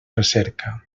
recerca